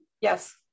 yes